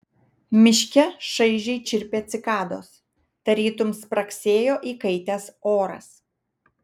miške šaižiai čirpė cikados tarytum spragsėjo įkaitęs oras